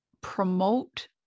promote